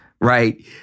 right